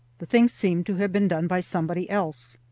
the thing seemed to have been done by somebody else.